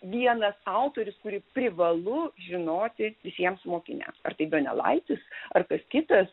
vienas autorius kurį privalu žinoti visiems mokiniam ar tai donelaitis ar kas kitas